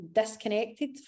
disconnected